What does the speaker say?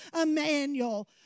Emmanuel